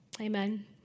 Amen